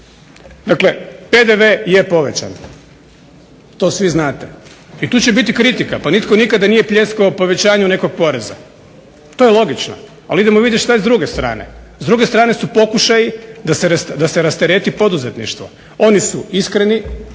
Dakle PDV je povećan, to svi znate i tu će biti kritika. Pa nitko nikada nije pljeskao povećanju nekog poreza, to je logično. Ali idemo vidjet šta je s druge strane, s druge strane su pokušaji da se rastereti poduzetništvo. Oni su iskreni,